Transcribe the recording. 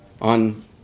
on